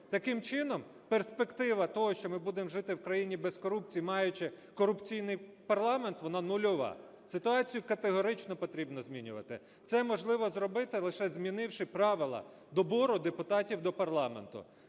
таким чином перспектива того, що ми будемо жити в країні без корупції, маючи корупційний парламент, вона нульова. Ситуацію категорично потрібно змінювати, це можливо зробити, лише змінивши правила добру депутатів до парламенту.